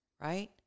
Right